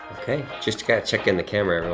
okay, just gotta check in the camera